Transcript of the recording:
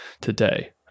today